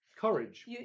Courage